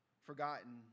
forgotten